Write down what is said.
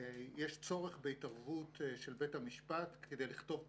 יש צורך בהתערבות של בית המשפט כדי לכתוב תסקיר.